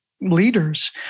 leaders